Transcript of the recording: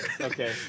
Okay